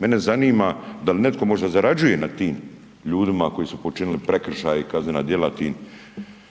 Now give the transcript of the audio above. Mene zanima dal neko možda zarađuje na tim ljudima koji su počinili prekršaj i kaznena djela tim